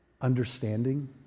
understanding